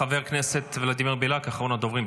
חבר הכנסת ולדימר בליאק, אחרון הדוברים,